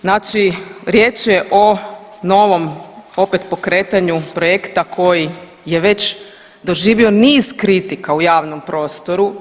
Znači riječ je o novom, opet pokretanju projekta koji je već doživio niz pritisaka u javnom prostoru.